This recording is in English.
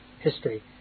history